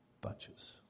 Bunches